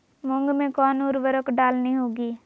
मूंग में कौन उर्वरक डालनी होगी?